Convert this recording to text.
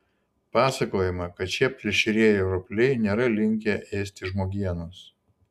pasakojama kad šie plėšrieji ropliai nėra linkę ėsti žmogienos